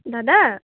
দাদা